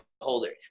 holders